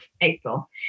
April